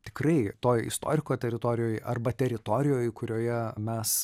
tikrai toj istoriko teritorijoj arba teritorijoj kurioje mes